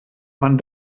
man